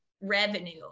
revenue